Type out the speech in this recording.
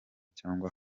cyangwa